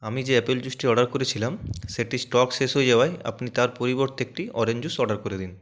আমি যে অ্যাপেল জুসটি অর্ডার করেছিলাম সেটির স্টক শেষ হয়ে যাওয়ায় আপনি তার পরিবর্তে একটি অরেঞ্জ জুস অর্ডার করে দিন